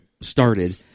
started